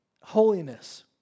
holiness